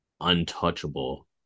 untouchable